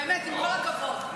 באמת, עם כל הכבוד.